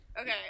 Okay